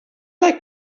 like